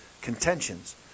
contentions